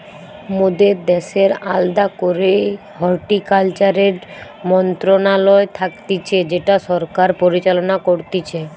মোদের দ্যাশের আলদা করেই হর্টিকালচারের মন্ত্রণালয় থাকতিছে যেটা সরকার পরিচালনা করতিছে